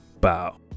Bow